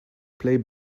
play